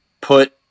put